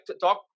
talk